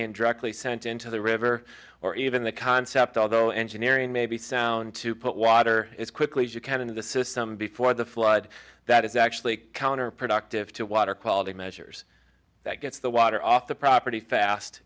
being directly sent into the river or even the concept although engineering maybe sound to put water is quickly as you can into the system before the flood that is actually counterproductive to water quality measures that gets the water off the property fast